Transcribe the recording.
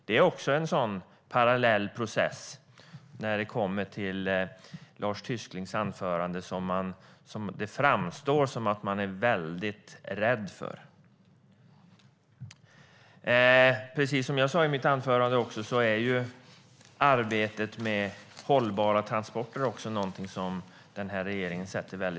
Det är också en sådan parallell process som det i Lars Tysklinds anförande framstod som att man är väldigt rädd för. Precis som jag sa i mitt anförande är arbetet med hållbara transporter också någonting som den här regeringen sätter högt.